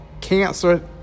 cancer